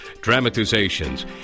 dramatizations